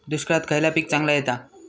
दुष्काळात खयला पीक चांगला येता?